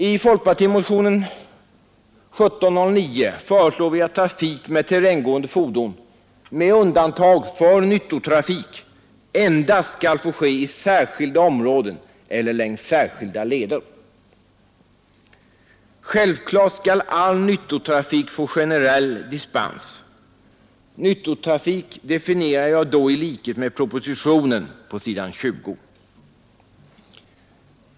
I folkpartimotionen 1907 år 1972 föreslår vi att trafik med terränggående fordon — med undantag för nyttotrafik — endast skall få ske i särskilda områden eller längs särskilda leder. jälvklart skall all nyttotrafik få generell dispens. Beträffande nyttotrafik använder jag då den definition som finns på s. 20 i propositionen.